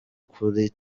kuri